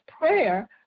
prayer